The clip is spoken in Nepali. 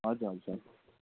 हजुर हजुर सर